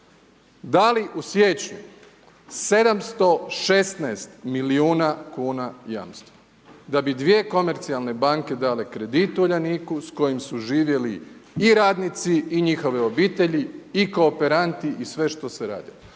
Dali u siječnju 716 milijuna kuna jamstva, da bi dvije komercijalne banke dale kredit Uljaniku s kojim su živjeli i radnici i njihove obitelji i kooperanti i sve što se radi.